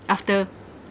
after